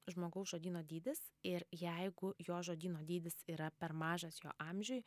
žmogaus žodyno dydis ir jeigu jo žodyno dydis yra per mažas jo amžiui